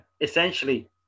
essentially